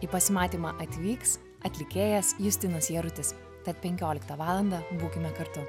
į pasimatymą atvyks atlikėjas justinas jarutis tad penkioliktą valandą būkime kartu